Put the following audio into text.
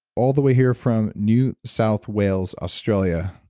all the way here from new south wales, australia.